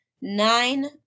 Nine